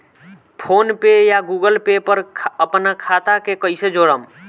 PhonePe या Google Pay पर अपना खाता के कईसे जोड़म?